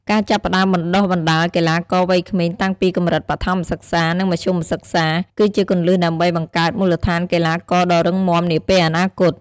ការចាប់ផ្តើមបណ្តុះបណ្តាលកីឡាករវ័យក្មេងតាំងពីកម្រិតបឋមសិក្សា និងមធ្យមសិក្សា គឺជាគន្លឹះដើម្បីបង្កើតមូលដ្ឋានកីឡាករដ៏រឹងមាំនាពេលអនាគត។